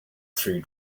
through